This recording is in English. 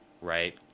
right